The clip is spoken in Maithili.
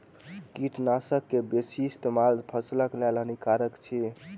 कीटनाशक के बेसी इस्तेमाल फसिलक लेल हानिकारक अछि